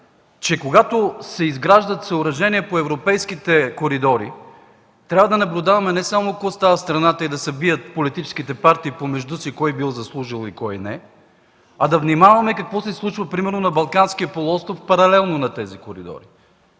че когато се изграждат съоръжения по европейските коридори, трябва да наблюдаваме не само какво става в страната и политическите партии да се бият помежду си – кой бил заслужил и кой не е, а да внимаваме какво се случва примерно на Балканския полуостров паралелно на тези коридори.